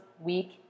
week